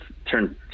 turn